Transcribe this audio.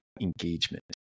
engagement